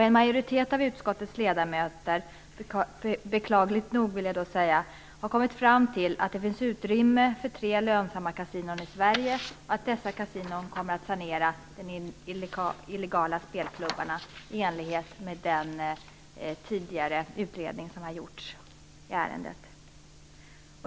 En majoritet av utskottets ledamöter har, beklagligt nog, kommit fram till att det finns utrymme för tre lönsamma kasinon i Sverige och att dessa kasinon kommer att sanera den illegala spelmarknaden i enlighet med den tidigare utredning som gjorts i ärendet.